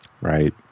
Right